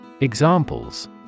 Examples